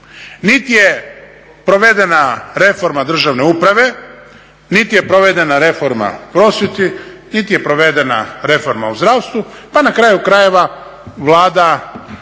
Niti je provedena reforma državne uprave, niti je provedena reforma u prosvjeti, niti je provedena reforma u zdravstvu, pa na kraju krajeva Vlada